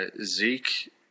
Zeke